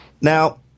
Now